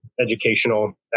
educational